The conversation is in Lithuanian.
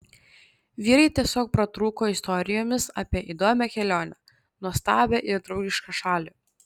vyrai tiesiog pratrūko istorijomis apie įdomią kelionę nuostabią ir draugišką šalį